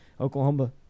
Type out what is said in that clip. Oklahoma